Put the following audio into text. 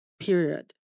Period